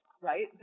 right